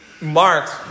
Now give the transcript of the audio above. mark